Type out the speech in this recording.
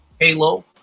Halo